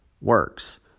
works